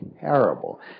terrible